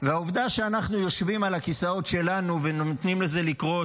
והעובדה שאנחנו יושבים על הכיסאות שלנו והם נותנים לזה לקרות,